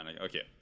okay